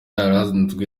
yaranzwe